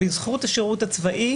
בזכות השירות הצבאי